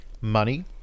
money